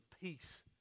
peace